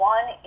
One